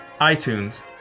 iTunes